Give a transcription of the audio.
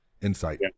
insight